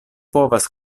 povas